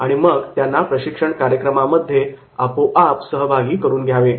आणि मग त्यांना प्रशिक्षण कार्यक्रमामध्ये सहभागी करावे